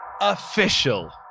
official